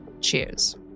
Cheers